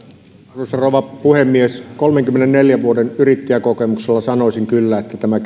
arvoisa rouva puhemies kolmenkymmenenneljän vuoden yrittäjäkokemuksella sanoisin kyllä että tämä